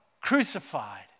crucified